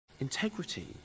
integrity